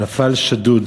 נפל שדוד.